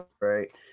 Right